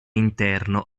interno